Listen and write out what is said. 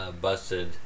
busted